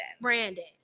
Brandon